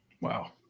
Wow